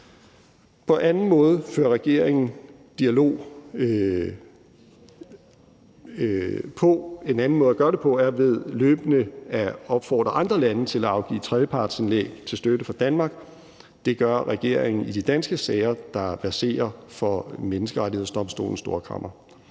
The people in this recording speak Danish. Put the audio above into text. for regeringen at føre dialog på er ved løbende at opfordre andre lande til at afgive tredjepartsindlæg til støtte for Danmark. Det gør regeringen i de danske sager, der verserer for Menneskerettighedsdomstolens Storkammer.